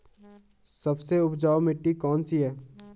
सबसे उपजाऊ मिट्टी कौन सी है?